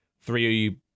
three